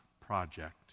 project